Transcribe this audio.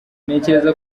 ntekereza